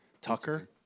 Tucker